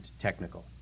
technical